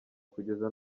kugeza